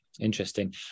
Interesting